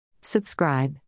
Subscribe